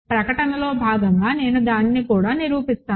ప్రకటనలో భాగంగా నేను దానిని కూడా నిరూపిస్తాను